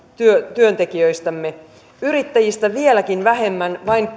työntekijöistämme yrittäjistä vieläkin vähemmän vain